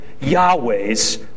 Yahweh's